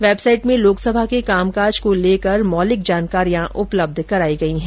website में लोकसभा के कामकाज को लेकर भी मौलिक जानकारियां उपलब्ध कराई गई है